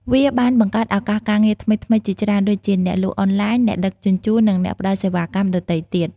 វាបានបង្កើតឱកាសការងារថ្មីៗជាច្រើន ដូចជាអ្នកលក់អនឡាញ អ្នកដឹកជញ្ជូន និងអ្នកផ្តល់សេវាកម្មដទៃទៀត។